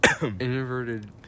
inverted